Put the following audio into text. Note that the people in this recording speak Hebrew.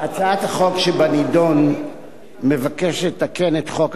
הצעת החוק שבנדון מבקשת לתקן את חוק הקאדים,